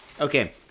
Okay